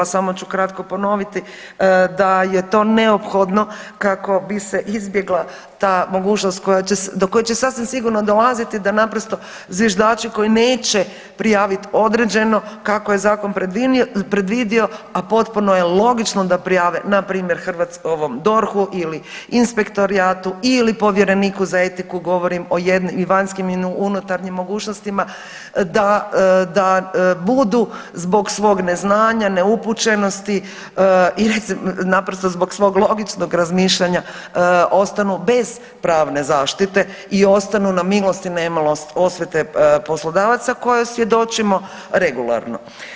Samo ću kratko ponoviti da je to neophodno kako bi se izbjegla ta mogućnost do koje će sasvim sigurno dolaziti da naprosto zviždači koji neće prijavit određeno kako je zakon predvidio, a potpuno je logično da prijave na primjer DORH-u ili inspektorijatu ili povjereniku za etiku govorim o vanjskih i unutarnjim mogućnostima da budu zbog svog neznanja, neupućenosti i naprosto zbog svog logičnog razmišljanja ostanu bez pravne zaštite i ostanu na milost i nemilost poslodavaca kojoj svjedočimo regularno.